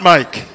Mike